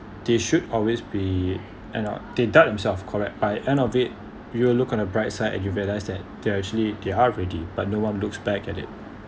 they should always be and uh they doubt themselves correct by end of it we will look on the bright side and you realize that they are actually they are ready but no one looks back at it